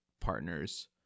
partners